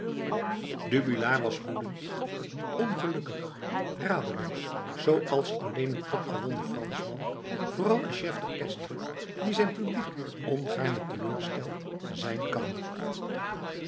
dubillard was woedend ongelukkig radeloos zooals alleen een opgewonden franschman vooral een chef d'orchestre die zijn publiek ongaarne teleurstelt kan